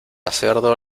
cerdo